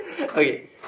Okay